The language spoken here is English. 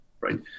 right